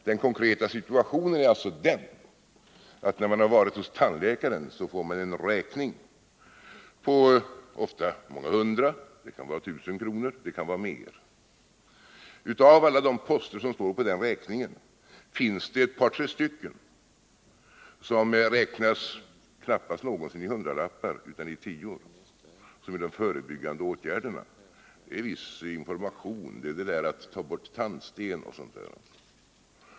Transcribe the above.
Den konkreta situationen är alltså den att när man har varit hos tandläkaren så får man en räkning, ofta på många hundra kronor — det kan vara 1 000 kr. eller mer. Av alla de poster som står på den räkningen finns det ett par tre stycken som knappast någonsin räknas i hundralappar utan i tior och som gäller de förebyggande åtgärderna. Det är viss information, det är borttagning av tandsten och sådant.